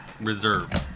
Reserve